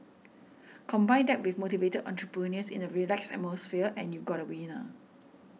combine that with motivated entrepreneurs in a relaxed atmosphere and you got a winner